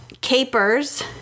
capers